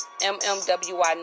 mmwi